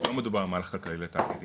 שלא מדובר על מהלך כלכלי לתאגידים,